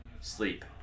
Sleep